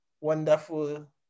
wonderful